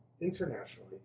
internationally